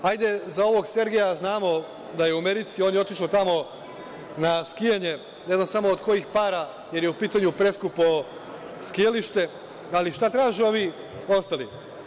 Hajde, za ovog Sergeja znamo da je u Americi, on je otišao tamo na skijanje, ne znam samo od kojih para, jer je u pitanju preskupo skijalište, ali šta traže ovi ostali?